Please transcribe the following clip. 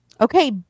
okay